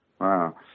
Wow